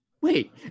wait